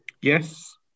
Yes